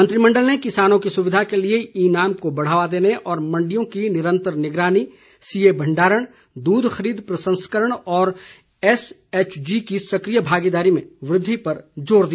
मंत्रिमंडल ने किसानों की सुविधा के लिए ई नाम को बढ़ावा देने और मंडियों की निरंतर निगरानी सीए भंडारण दूध खरीद प्रसंस्करण और एसएचजी की सक्रिय भागीदारी में वृद्धि पर जोर दिया